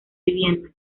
viviendas